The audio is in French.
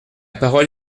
parole